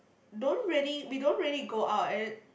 don't really we don't really go out uh